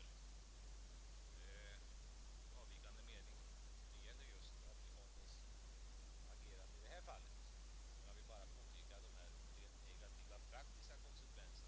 Därför utgör det löpande jordbruksavtalet den mest tillförlitliga mätaren på hur regeringen lyckats eller misslyckats